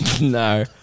No